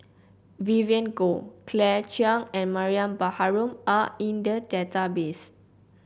Vivien Goh Claire Chiang and Mariam Baharom are in the database